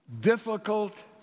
difficult